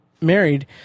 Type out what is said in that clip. married